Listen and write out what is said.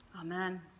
Amen